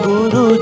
Guru